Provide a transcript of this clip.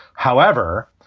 however,